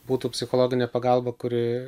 būtų psichologinė pagalba kuri